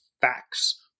facts